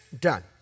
done